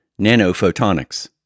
nanophotonics